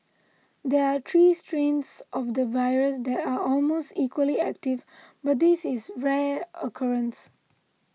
there are three strains of the virus that are almost equally active and this is a rare occurrence